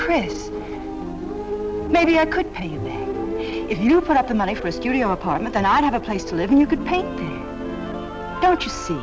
chris maybe i could pay me if you put up the money for a studio apartment then i'd have a place to live and you could paint don't you see